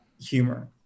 humor